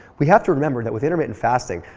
we have to remember that with intermittent fasting,